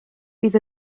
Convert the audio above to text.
bydd